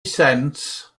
cents